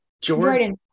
Jordan